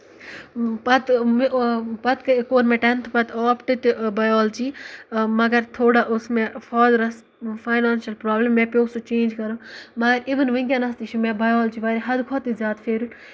پَتہٕ مےٚ آو پَتہٕ کوٚر مےٚ ٹینتھ پَتہٕ اوپٹ تہِ بیولجی مَگر تھوڑا ٲس مےٚ فادرَس فینانشَل پروبلِم مےٚ پیوٚو سُہ چینج کَرُن مگر اِوٕن ؤنکیٚنس تہِ چھُ مےٚ بَیولجی واریاہ حدٕ کھۄتہٕ تہِ زیادٕ فیورِٹ